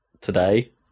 Today